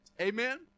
Amen